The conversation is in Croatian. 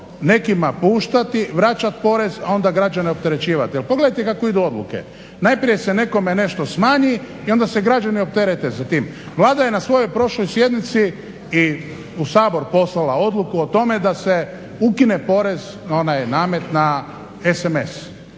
nekima puštati, vraćat porez, a onda građane opterećivat. Jer pogledajte kako idu odluke, najprije se nekome nešto smanji i onda se građani opterete s tim. Vlada je na svojoj prošloj sjednici i u Sabor poslala odluku o tome da se ukine porez, onaj namet na sms,